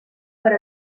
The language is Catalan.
per